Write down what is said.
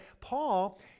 Paul